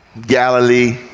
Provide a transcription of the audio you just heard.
Galilee